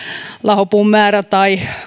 lahopuun määrä tai